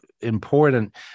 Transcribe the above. important